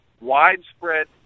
widespread